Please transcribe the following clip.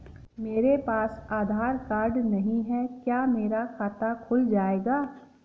मेरे पास आधार कार्ड नहीं है क्या मेरा खाता खुल जाएगा?